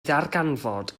ddarganfod